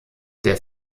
der